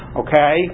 okay